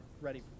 ready